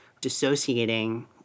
dissociating